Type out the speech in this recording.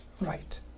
right